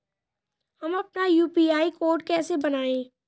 हम अपना UPI code कैसे बनाएँ?